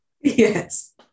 Yes